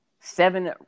Seven